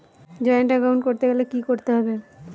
Joint account করতে গেলে কি করতে হবে?